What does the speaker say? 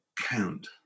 count